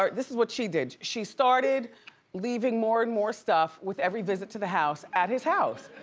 um this is what she did. she started leaving more and more stuff with every visit to the house at his house.